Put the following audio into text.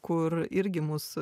kur irgi mus